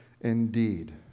indeed